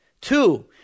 Two